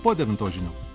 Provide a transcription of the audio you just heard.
po devintos žinių